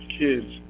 kids